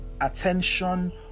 attention